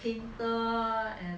painter and